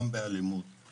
גם באלימות וגם לי